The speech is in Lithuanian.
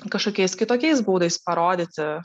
kažkokiais kitokiais būdais parodyti